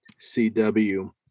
cw